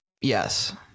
Yes